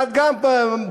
אחד שהוא גם פוליטי,